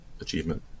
achievement